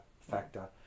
factor